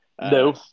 No